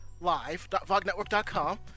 live.vognetwork.com